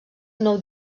nou